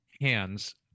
hands